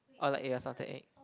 or like your salted egg